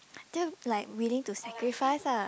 like willing to sacrifice ah